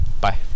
Bye